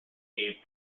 gave